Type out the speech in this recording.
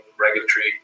regulatory